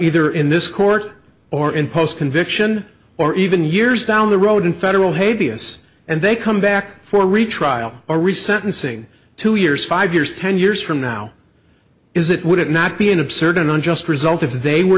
either in this court or in post conviction or even years down the road in federal hate b s and they come back for retrial or reset and sing two years five years ten years from now is it would it not be an absurd and unjust result if they were